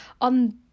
on